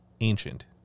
ancient